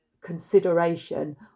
consideration